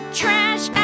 trash